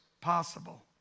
possible